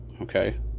okay